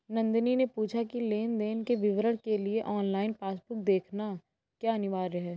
नंदनी ने पूछा की लेन देन के विवरण के लिए ऑनलाइन पासबुक देखना क्या अनिवार्य है?